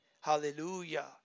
hallelujah